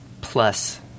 plus